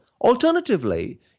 Alternatively